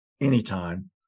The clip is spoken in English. anytime